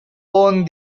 won